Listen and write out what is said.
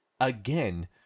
again